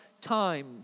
time